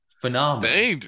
Phenomenal